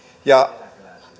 ja